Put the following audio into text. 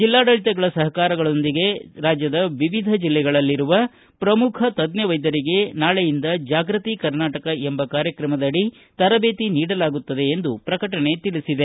ಜಿಲ್ಲಾಡಳಿತಗಳ ಸಹಕಾರದೊಂದಿಗೆ ರಾಜ್ವದ ವಿವಿಧ ಜಿಲ್ಲೆಗಳಲ್ಲಿರುವ ಪ್ರಮುಖ ತಜ್ಞ ವೈದ್ಯರಿಗೆ ನಾಳೆಯಿಂದ ಜಾಗೃತಿ ಕರ್ನಾಟಕ ಎಂಬ ಕಾರ್ಯಕ್ರಮದಡಿ ತರಬೇತಿ ನೀಡಲಾಗುತ್ತದೆ ಎಂದು ಪ್ರಕಟಣೆ ತಿಳಿಸಿದೆ